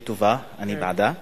היא טובה,